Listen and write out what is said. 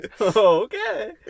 okay